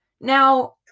Now